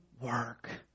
work